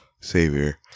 Savior